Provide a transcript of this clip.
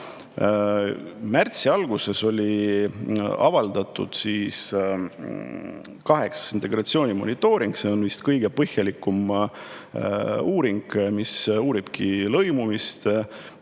Märtsi alguses avaldati kaheksas integratsiooni monitooring. See on vist kõige põhjalikum uuring, mis uurib lõimumist,